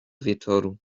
wieczoru